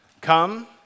Come